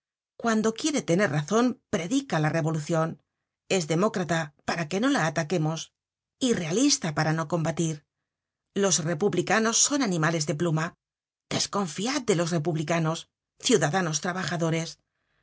cuando quiere tener ra zon predica la revolucion es demócrata para que no la ataquemos y realista para no combatir los republicanos son animales de pluma desconfiad de los republicanos ciudadanos trabajadores